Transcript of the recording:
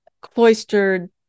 cloistered